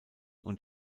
und